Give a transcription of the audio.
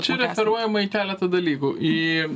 čia referuojama į keletą dalykų į